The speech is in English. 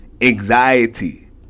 anxiety